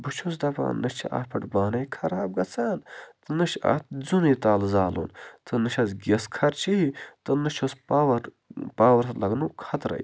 بہٕ چھُس دَپان نہ چھِ اَتھ پٮ۪ٹھ بانے خراب گژھان نہٕ چھِ اَتھ زیُنٕے تَلہٕ زالُن تہٕ نہٕ چھَس گیس خرچی تہٕ نہٕ چھُس پاوَر پاوٕرَس لَگنُک خطرے